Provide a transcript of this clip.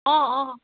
অঁ অঁ